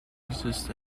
exist